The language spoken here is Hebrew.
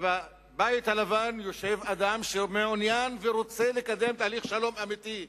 כשבבית הלבן יושב אדם שמעוניין ורוצה לקדם תהליך שלום אמיתי.